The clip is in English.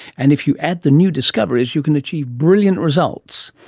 and if you add the new discoveries, you can achieve brilliant results.